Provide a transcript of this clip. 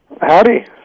Howdy